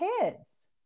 kids